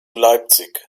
leipzig